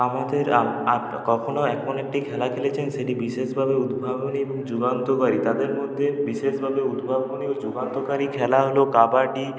আমাদের আর আর কখনো এমন একটি খেলা খেলেছেন সেটি বিশেষ ভাবে উদ্ভাবনী এবং যুগান্তকারী তাদের মধ্যে বিশেষভাবে উদ্ভাবনী এবং যুগান্তকারী খেলা হল কাবাডি